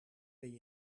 ben